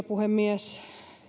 puhemies